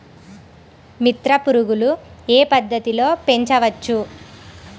మిత్ర పురుగులు ఏ పద్దతిలో పెంచవచ్చు?